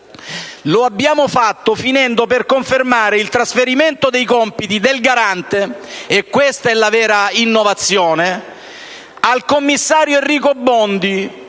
Lo abbiamo fatto finendo per confermare il trasferimento dei compiti del Garante - e questa è la vera innovazione - al commissario Enrico Bondi,